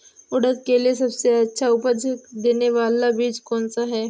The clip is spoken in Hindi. उड़द के लिए सबसे अच्छा उपज देने वाला बीज कौनसा है?